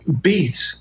beat